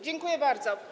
Dziękuję bardzo.